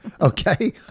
Okay